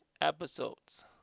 episodes